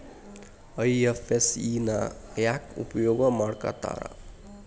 IFSC ನ ಯಾಕ್ ಉಪಯೊಗ್ ಮಾಡಾಕತ್ತಾರ?